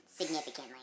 Significantly